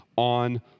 On